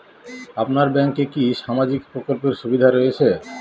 আপনার ব্যাংকে কি সামাজিক প্রকল্পের সুবিধা রয়েছে?